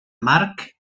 marc